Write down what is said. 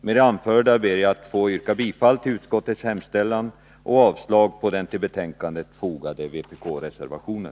Med det anförda ber jag att få yrka bifall till utskottets hemställan och avslag på den till betänkandet fogade vpk-reservationen.